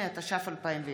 8), התש"ף 2020,